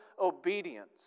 obedience